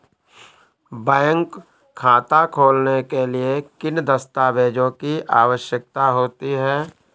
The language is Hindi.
बैंक खाता खोलने के लिए किन दस्तावेजों की आवश्यकता होती है?